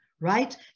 right